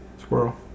squirrel